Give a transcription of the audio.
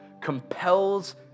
compels